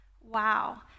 Wow